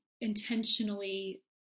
intentionally